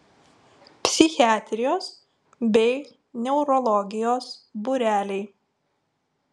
psichiatrijos bei neurologijos būreliai